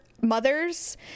mothers